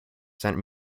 sent